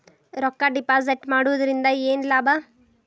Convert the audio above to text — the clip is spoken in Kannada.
ರೊಕ್ಕ ಡಿಪಾಸಿಟ್ ಮಾಡುವುದರಿಂದ ಏನ್ ಲಾಭ?